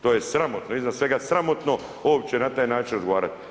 To je sramotno, iznad svega sramotno uopće na taj način razgovarati.